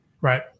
right